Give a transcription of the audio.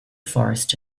forrest